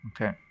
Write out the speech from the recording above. Okay